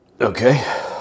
Okay